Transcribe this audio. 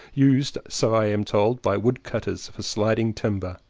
used, so i am told, by woodcutters for sliding timber.